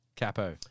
Capo